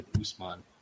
Usman